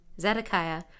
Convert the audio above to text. Zedekiah